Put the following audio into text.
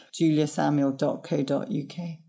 juliasamuel.co.uk